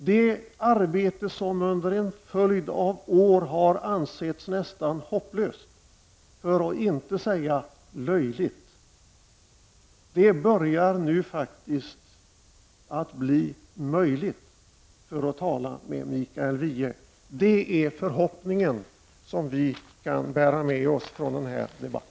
Det arbete som under en följd av år har ansetts nästan hopplöst, för att inte säga löjligt, börjar nu faktiskt att bli möjligt — för att tala med Mikael Wiehe. Det är förhoppningen som vi kan bära med oss från denna debatt.